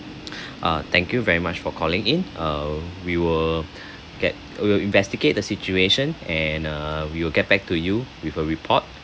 uh thank you very much for calling in uh we will get we will investigate the situation and uh we will get back to you with a report